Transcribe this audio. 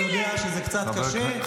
סקירה.